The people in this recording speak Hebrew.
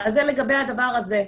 זה לגבי הדבר הזה.